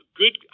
good